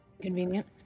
convenient